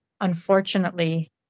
unfortunately